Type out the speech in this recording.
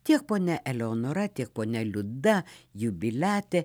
tiek ponia eleonora tiek ponia liuda jubiliatė